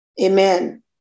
Amen